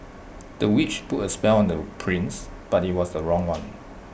the witch put A spell on the prince but IT was the wrong one